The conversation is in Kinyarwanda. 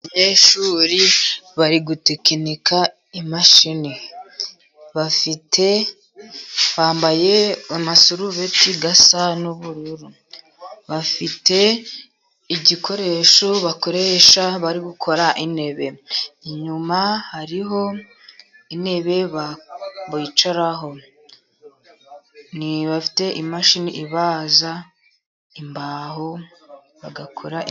Abanyeshuri bari gutekinika imashini. Bambaye amasarubeti asa n'ubururu, bafite igikoresho bakoresha bari gukora intebe, inyuma hariho intebe bicaraho. Bafite imashini ibaza imbaho bagakora.